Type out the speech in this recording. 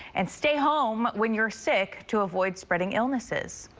and stay home when you're sick to avoid spreading illnesses.